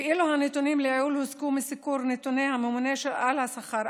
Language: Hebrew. ואילו הנתונים לעיל הוסקו מסיקור נתוני הממונה על השכר.